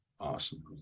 Awesome